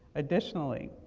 additionally,